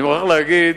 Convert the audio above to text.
אני מוכרח להגיד